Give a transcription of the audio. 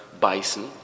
bison